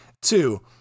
Two